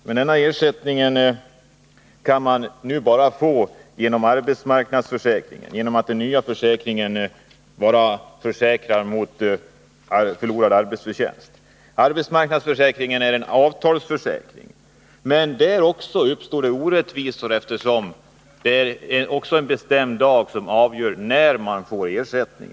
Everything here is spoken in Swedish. Men sådan ersättning kan man nu bara få genom arbetsmarknadsförsäkringen, eftersom den nya försäkringen endast försäkrar mot förlorad arbetsförtjänst. Arbetsmarknadsförsäkringen är en avtalsförsäkring, men också här uppstår orättvisor, eftersom det är en bestämd dag som avgör när man får ersättning.